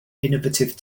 innovative